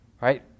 right